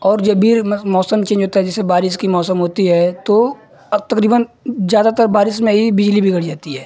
और जब भी मौसम चेन्ज होता है जैसे बारिश का मौसम होता है तो अब तकरीबन ज़्यादातर बारिश में ही बिजली बिगड़ जाती है